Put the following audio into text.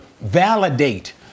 validate